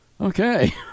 Okay